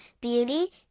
beauty